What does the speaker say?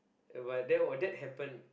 but that were that happen